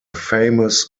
famous